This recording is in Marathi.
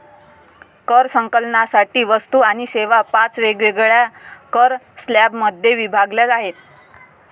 कर संकलनासाठी वस्तू आणि सेवा पाच वेगवेगळ्या कर स्लॅबमध्ये विभागल्या आहेत